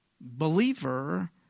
believer